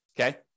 okay